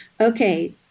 Okay